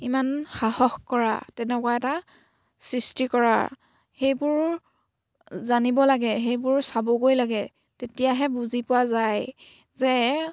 ইমান সাহস কৰা তেনেকুৱা এটা সৃষ্টি কৰাৰ সেইবোৰ জানিব লাগে সেইবোৰ চাবগৈ লাগে তেতিয়াহে বুজি পোৱা যায় যে